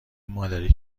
مادری